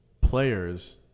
Players